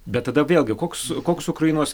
bet tada vėlgi koks koks ukrainos